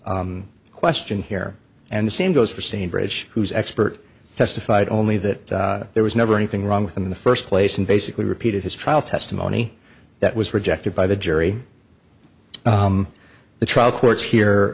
question here and the same goes for stanbridge who's expert testified only that there was never anything wrong with him in the first place and basically repeated his trial testimony that was rejected by the jury the trial courts here